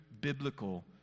biblical